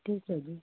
ਠੀਕ ਹੈ ਜੀ